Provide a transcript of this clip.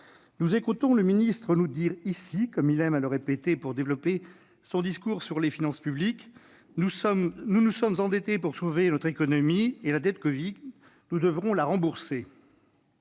Nous écoutons le ministre nous dire, comme il aime à le répéter pour développer son discours sur les finances publiques, que nous nous sommes endettés pour sauver notre économie et que cette « dette covid », nous devrons la rembourser.